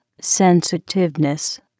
sensitiveness